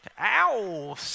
Ow